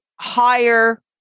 higher